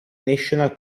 national